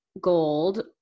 gold